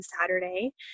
Saturday